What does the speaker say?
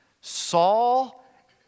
Saul